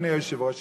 אדוני היושב-ראש,